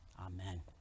Amen